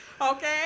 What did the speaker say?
Okay